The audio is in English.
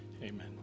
Amen